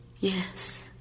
Yes